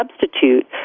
substitute